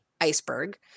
iceberg